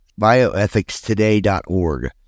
bioethicstoday.org